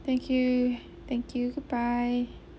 thank you thank you goodbye